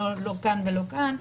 לא כאן ולא כאן.